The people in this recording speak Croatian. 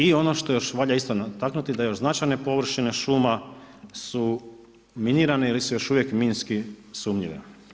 I ono što još valja istaknuti, da još značajne površine, šume su minirane ili su još uvijek minske sumnjive.